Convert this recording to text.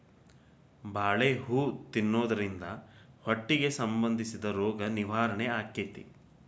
ಬಾಳೆ ಹೂ ತಿನ್ನುದ್ರಿಂದ ಹೊಟ್ಟಿಗೆ ಸಂಬಂಧಿಸಿದ ರೋಗ ನಿವಾರಣೆ ಅಕೈತಿ